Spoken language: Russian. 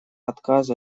отказа